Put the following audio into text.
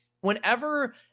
Whenever